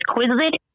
Quizlet